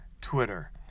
Twitter